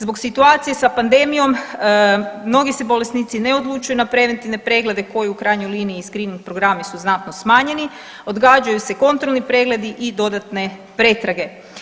Zbog situacije sa pandemijom mnogi se bolesnici ne odlučuju na preventivne preglede koji u krajnjoj liniji i skrim programi su znatno smanjeni, odgađaju se kontrolni pregledi i dodatne pretrage.